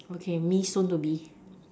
okay me soon to be